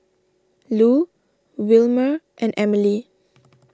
Lu Wilmer and Emely